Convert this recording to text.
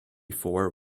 four